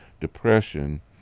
depression